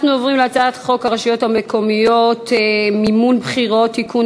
אנחנו עוברים להצעת חוק הרשויות המקומיות (מימון בחירות) (תיקון,